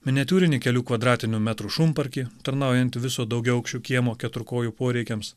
miniatiūrinį kelių kvadratinių metrų šunparkį tarnaujantį viso daugiaaukščio kiemo keturkojų poreikiams